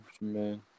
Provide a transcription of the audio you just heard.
Man